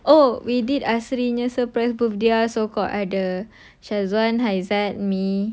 oh we did asrin punya surprise birthday so called ada shazwan haizat me